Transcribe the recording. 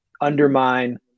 undermine